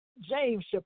James